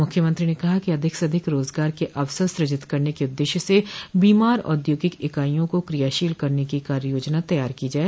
मुख्यमंत्री ने कहा कि अधिक से अधिक रोजगार के अवसर स्रजित करने के उद्देश्य स बीमार औद्योगिक इकाईयों को क्रियाशील करने की कार्य योजना तैयार की जाए